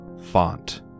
font